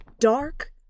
Dark